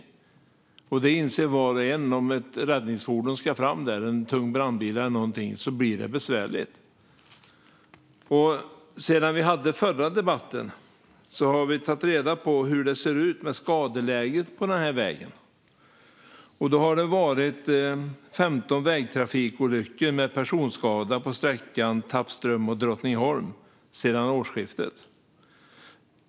Var och en inser att om ett räddningsfordon, en tung brandbil eller någonting annat, ska fram där blir det besvärligt. Sedan vi hade den förra debatten har vi tagit reda på hur det ser ut med skadeläget på vägen. Det har varit 15 vägtrafikolyckor med personskada på sträckan Tappström-Drottningholm sedan årsskiftet.